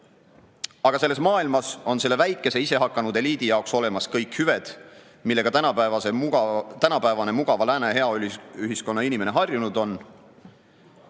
Aga selles maailmas on selle väikese isehakanud eliidi jaoks olemas kõik hüved, millega tänapäevane mugava lääne heaoluühiskonna inimene on harjunud.